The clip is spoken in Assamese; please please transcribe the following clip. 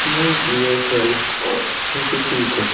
মোৰ প্ৰিয় খেল হৈছে ক্ৰিকেট